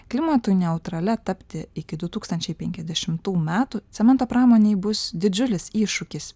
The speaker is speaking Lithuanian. klimatui neutralia tapti iki du tūkstančiai penkiasdešimtų metų cemento pramonei bus didžiulis iššūkis